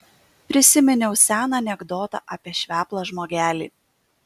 prisiminiau seną anekdotą apie šveplą žmogelį